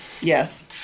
Yes